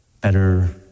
better